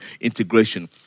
integration